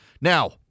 Now